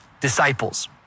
disciples